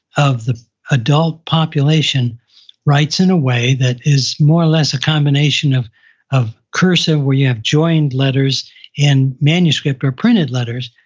of the adult population writes in a way that is more or less a combination of of cursive, where you have joined letters in manuscript or printed letters,